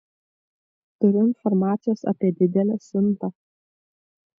turiu informacijos apie didelę siuntą